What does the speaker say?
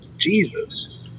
Jesus